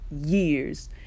years